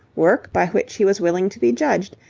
work by which he was willing to be judged,